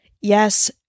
Yes